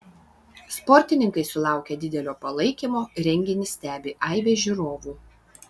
sportininkai sulaukia didelio palaikymo renginį stebi aibė žiūrovų